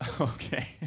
Okay